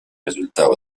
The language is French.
résultats